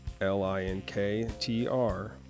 L-I-N-K-T-R